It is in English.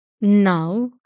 Now